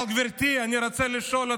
אבל גברתי, אני רוצה לשאול אותך: